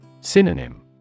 Synonym